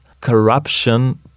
corruption